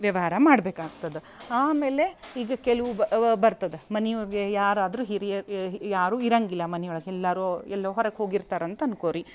ವ್ಯವಹಾರ ಮಾಡ್ಬೇಕಾಗ್ತದೆ ಆಮೇಲೆ ಈಗ ಕೆಲುಬ್ ಅವ ಬರ್ತದ ಮನಿಯವ್ರ್ಗೆ ಯಾರಾದರು ಹಿರಿಯರು ಏ ಯಾರು ಇರಂಗಿಲ್ಲ ಮನಿಯೊಳಗೆ ಎಲ್ಲಾರು ಎಲ್ಲೋ ಹೊರಗೆ ಹೋಗಿರ್ತರಂತ ಅನ್ಕೋರಿ